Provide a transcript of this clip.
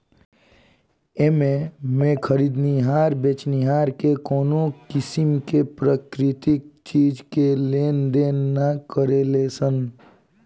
एमें में खरीदनिहार बेचनिहार से कवनो किसीम के प्राकृतिक चीज के लेनदेन ना करेलन सन